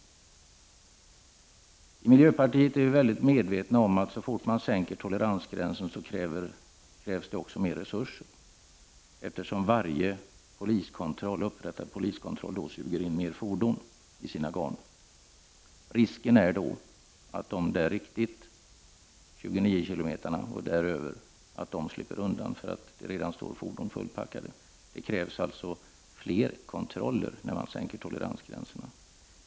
Vi i miljöpartiet är väldigt medvetna om att så fort man sänker toleransgränsen krävs också mer resurser, eftersom varje poliskontroll då suger upp mer fordon. Risken är då att sådana som kör 29 km i timmen och mer för fort slipper förbi, eftersom det redan står fordon i kö vid kontrollen. Det krävs alltså fler kontroller när man sänker toleransgränserna.